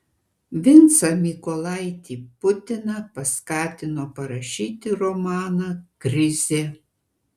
vincą mykolaitį putiną paskatino parašyti romaną krizė